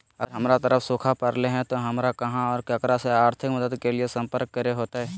अगर हमर तरफ सुखा परले है तो, हमरा कहा और ककरा से आर्थिक मदद के लिए सम्पर्क करे होतय?